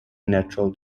natural